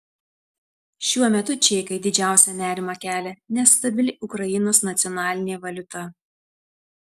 šiuo metu čeikai didžiausią nerimą kelia nestabili ukrainos nacionalinė valiuta